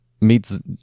meets